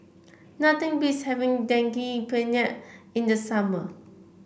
nothing beats having Daging Penyet in the summer